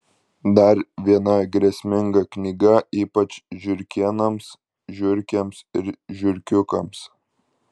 dar viena grėsminga knyga ypač žiurkėnams žiurkėms ir žiurkiukams